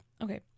Okay